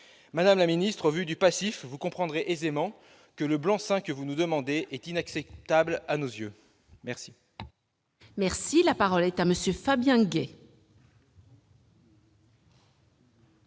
Madame la ministre, au regard du passif, vous comprendrez aisément que le blanc-seing que vous nous demandez est inacceptable à nos yeux. La parole est à M. Fabien Gay,